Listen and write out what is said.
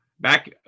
back